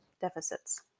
deficits